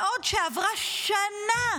עברה שנה,